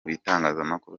bitangazamakuru